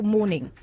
morning